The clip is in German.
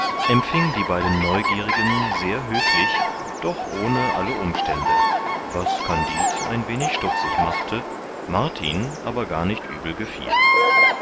empfing die beiden neugierigen sehr höflich doch ohne alle umstände was kandid ein wenig stutzig machte martin aber gar nicht übel gefiel